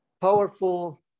powerful